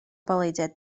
palīdzēt